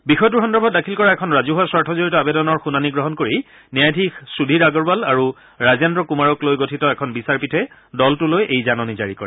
বিষয়টোৰ সন্দৰ্ভত দাখিল কৰা এখন ৰাজহুৱা স্বাৰ্থজড়িত আবেদনৰ শুনানি গ্ৰহণ কৰি ন্যায়াধীশ সুধীৰ আগৰৱাল আৰু ৰাজেন্দ্ৰ কুমাৰক লৈ গঠিত এখন বিচাৰপীঠে দলটোলৈ এই জাননী জাৰি কৰে